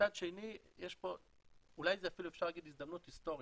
מצד שני יש פה אולי אפשר להגיד אפילו הזדמנות הסטורית.